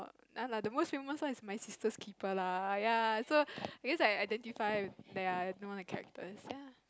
no lah the most famous one is My Sister's Keeper lah ya because I can identify they are no the characters